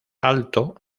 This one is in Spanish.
alto